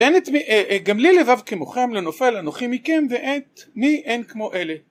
גם לי לבב כמוכם לנופל אנוכי מכם ואת, מי אין כמו אלה